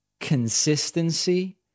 consistency